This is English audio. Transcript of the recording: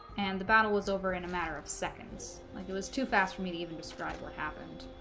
and the battle was over in a matter of seconds like it was too fast for me to even describe what happened